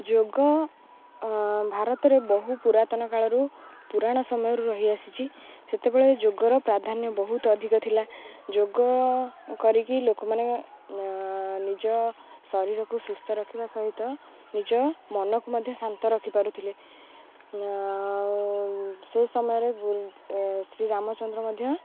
ଯୋଗ ଭାରତରେ ବହୁ ପୁରାତନ କାଳରୁ ପୁରାଣ ସମୟରୁ ରହିଆସିଛି ସେତେବେଳେ ଯୋଗର ପ୍ରାଧାନ୍ୟ ବହୁତ ଅଧିକ ଥିଲା ଯୋଗ କରିକି ଲୋକମାନେ ନିଜ ଶରୀରକୁ ସୁସ୍ଥ ରଖିବା ସହିତ ନିଜ ମନକୁ ମଧ୍ୟ ଶାନ୍ତ ରଖିପାରୁଥିଲେ ସେ ସମୟରେ ଶ୍ରୀ ରାମଚନ୍ଦ୍ର ମଧ୍ୟ